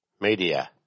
media